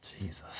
Jesus